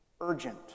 urgent